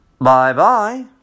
Bye-bye